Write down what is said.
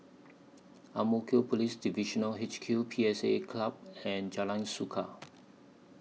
Ang Mo Kio Police Divisional H Q P S A Club and Jalan Suka